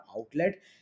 outlet